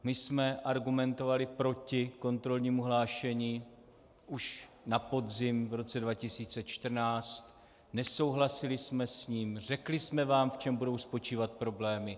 My jsme argumentovali proti kontrolnímu hlášení už na podzim v roce 2014, nesouhlasili jsme s ním, řekli jsme vám, v čem budou spočívat problémy.